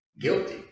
guilty